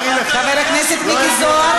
חבר הכנסת מיקי זוהר,